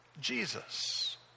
Jesus